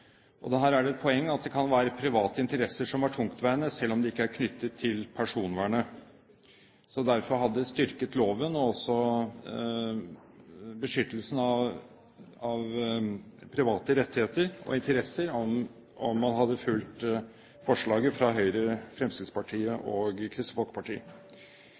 Her er det et poeng at det kan være private interesser som kan være tungtveiende, selv om de ikke er knyttet til personvernet. Derfor hadde det styrket loven og beskyttelsen av private rettigheter og interesser om man hadde fulgt forslaget fra Høyre, Fremskrittspartiet og Kristelig Folkeparti.